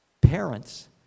parents